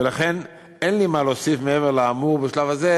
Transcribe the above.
ולכן אין לי מה להוסיף מעבר לאמור בשלב הזה,